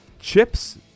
Chips